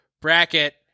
bracket